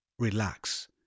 Relax